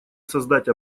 создать